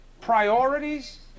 priorities